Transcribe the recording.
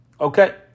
Okay